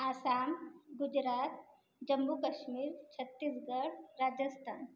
Assam Gujarat Jammu Kashmir Chhattisgarh Rajasthan